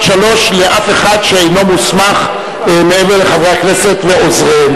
15:00 לאף אחד שאינו מוסמך מעבר לחברי הכנסת ועוזריהם.